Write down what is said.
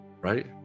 Right